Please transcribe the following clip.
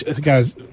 Guys